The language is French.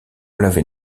l’avait